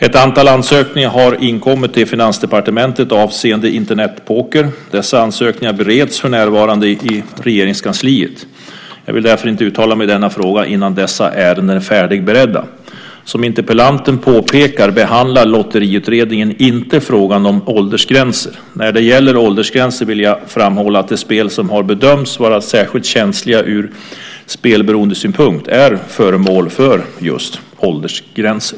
Ett antal ansökningar har inkommit till Finansdepartementet avseende Internetpoker. Dessa ansökningar bereds för närvarande i Regeringskansliet. Jag vill därför inte uttala mig i denna fråga innan dessa ärenden är färdigberedda. Som interpellanten påpekar behandlar Lotteriutredningen inte frågan om åldersgränser. När det gäller åldersgränser vill jag framhålla att de spel som har bedömts vara särskilt känsliga ur spelberoendesynpunkt är föremål för just åldersgränser.